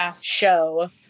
show